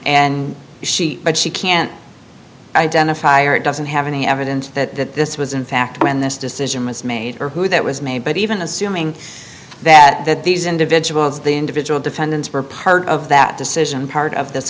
and she but she can't identify or doesn't have any evidence that this was in fact when this decision was made or who that was made but even assuming that that these individuals the individual defendants were part of that decision part of this